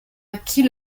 acquis